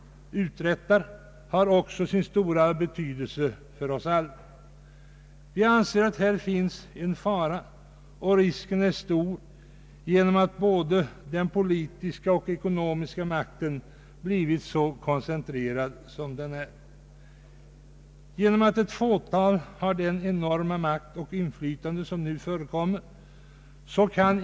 Vad det allmänna uträttar har också sin stora betydelse för oss alla. Jag anser att det ligger en fara i att både den politiska och den ekonomiska makten blivit så koncentrerad som den är genom att ett fåtal har så stor makt och så enormt inflytande.